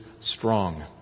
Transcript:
strong